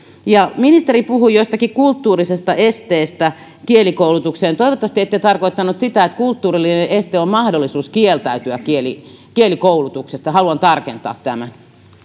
ministeri puhui jostakin kulttuurisesta esteestä kielikoulutukseen toivottavasti ette tarkoittanut sitä että kulttuurillinen este on mahdollisuus kieltäytyä kielikoulutuksesta haluan tarkentaa tämän